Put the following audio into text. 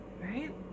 Right